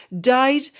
died